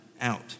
out